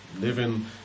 living